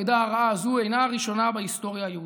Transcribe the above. העדה הרעה הזאת אינה הראשונה בהיסטוריה היהודית.